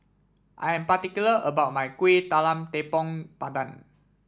I am particular about my Kuih Talam Tepong Pandan